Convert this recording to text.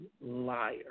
liar